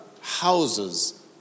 houses